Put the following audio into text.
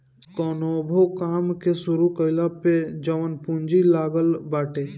कवनो भो काम के शुरू कईला पअ जवन पूंजी लागत बाटे